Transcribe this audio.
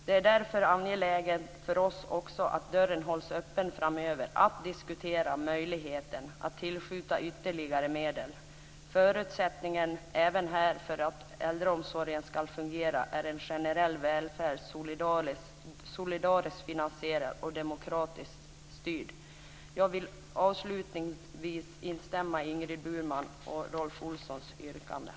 Det är därför angeläget för oss att dörren hålls öppen framöver att diskutera möjligheten att tillskjuta ytterligare medel. Förutsättningen även här för att äldreomsorgen ska fungera är en generell välfärd, solidariskt finansierad och demokratiskt styrd. Jag vill avslutningsvis instämma i Ingrid Burmans och Rolf Olssons yrkanden.